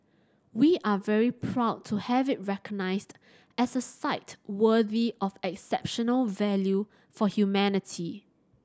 we are very proud to have it recognised as a site worthy of exceptional value for humanity